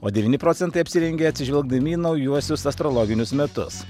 o devyni procentai apsirengia atsižvelgdami į naujuosius astrologinius metus